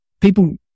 people